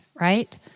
right